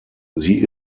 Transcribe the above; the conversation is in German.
sie